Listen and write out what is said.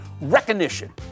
recognition